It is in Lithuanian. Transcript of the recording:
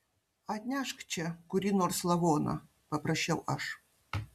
atnešk čia kurį nors lavoną paprašiau aš